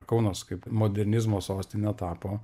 kaunas kaip modernizmo sostinė tapo